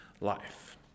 life